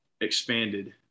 expanded